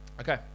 Okay